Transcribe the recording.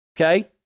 okay